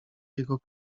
jego